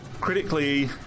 Critically